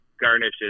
garnishes